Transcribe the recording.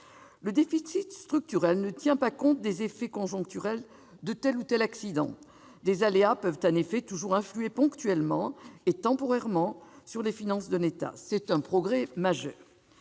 Le déficit structurel ne tient pas compte des effets conjoncturels de tel ou tel accident. Des aléas peuvent en effet toujours influer ponctuellement et temporairement sur les finances d'un État. C'est un progrès majeur.